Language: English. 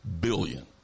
billion